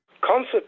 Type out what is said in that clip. Concert